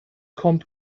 kommt